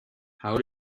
how